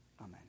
amen